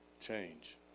change